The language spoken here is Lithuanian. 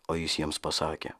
o jis jiems pasakė